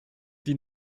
die